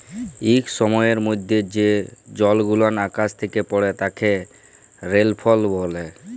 ইক সময়ের মধ্যে যে জলগুলান আকাশ থ্যাকে পড়ে তাকে রেলফল ব্যলে